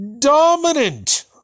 Dominant